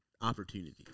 opportunities